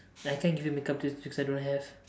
I can't give you make up tips cause I don't have